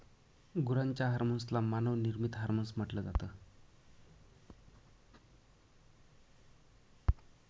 गुरांच्या हर्मोन्स ला मानव निर्मित हार्मोन्स म्हटल जात